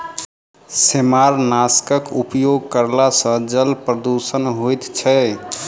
सेमारनाशकक उपयोग करला सॅ जल प्रदूषण होइत छै